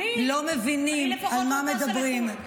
אל תבני על זה.